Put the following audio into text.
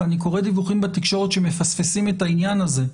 כי אני קורא דיווחים בתקשורת שמפספסים את העניין הזה,